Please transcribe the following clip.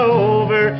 over